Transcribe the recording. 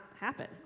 happen